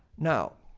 now,